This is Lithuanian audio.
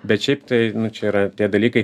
bet šiaip tai čia yra tie dalykai